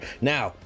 Now